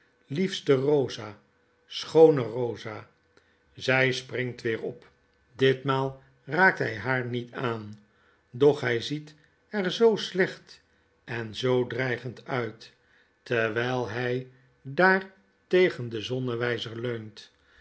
liefste rosa schoone rosa zy springt weer op ditmaal raakt hy haar niet aan doch hij ziet er zoo slecht en zoo dreigend uit terwyl hy daar tegen den zonnewyzer leunt